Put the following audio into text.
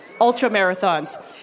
Ultra-marathons